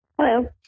Hello